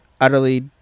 utterly